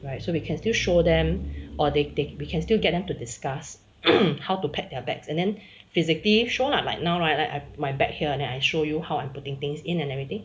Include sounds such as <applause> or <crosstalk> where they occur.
right so we can still show them or they they we can still get then to discuss <coughs> how to pack their bags and then physically show lah like now right like my back here and then I show you how I'm putting things in and everything